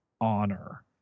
honor